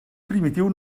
primitiu